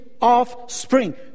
offspring